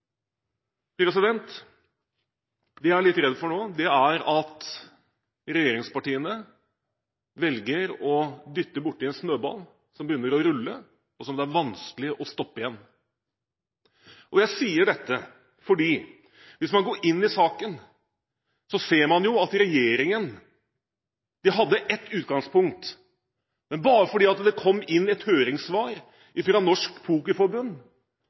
Det vi er litt redd for nå, er at regjeringspartiene velger å dytte borti en snøball som begynner å rulle, og som det er vanskelig å stoppe igjen. Jeg sier dette, for hvis man går inn i saken, ser man at regjeringen hadde ett utgangspunkt, men bare fordi det kom inn et høringssvar fra Norsk Pokerforbund,